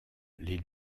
les